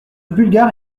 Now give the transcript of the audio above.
bulgare